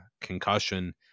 concussion